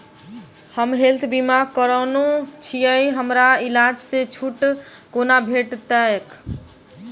हम हेल्थ बीमा करौने छीयै हमरा इलाज मे छुट कोना भेटतैक?